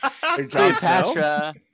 Cleopatra